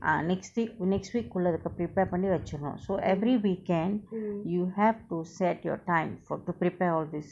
ah next week next week குள்ள அதுக்கு:kulla athukku prepare பண்ணி வச்சிரணும்:panni vachiranum so every weekend you have to set your time for to prepare all these